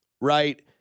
right